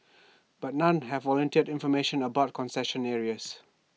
but none have volunteered information about concession areas